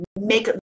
make